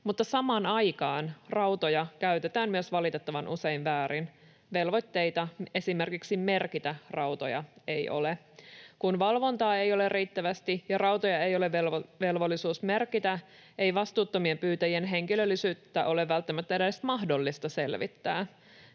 mutta samaan aikaan rautoja käytetään myös valitettavan usein väärin. Velvoitteita esimerkiksi merkitä rautoja ei ole. Kun valvontaa ei ole riittävästi ja rautoja ei ole velvollisuus merkitä, ei vastuuttomien pyytäjien henkilöllisyyttä ole välttämättä edes mahdollista selvittää.